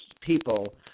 people